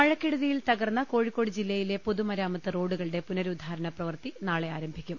മഴക്കെടുതിയിൽ തകർന്ന കോഴിക്കോട് ജില്ലയിലെ പൊതുമരാമത്ത് റോഡുകളുടെ പുനരുദ്ധാരണ പ്രവൃത്തി നാളെ ആരംഭിക്കും